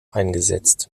eingesetzt